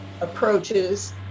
approaches